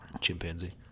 Chimpanzee